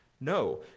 No